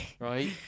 Right